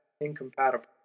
incompatible